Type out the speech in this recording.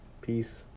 Peace